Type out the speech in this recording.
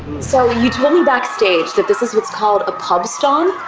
so you told me backstage that this is what's called a pubstomp?